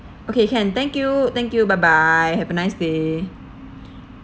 okay can thank you thank you bye bye have a nice day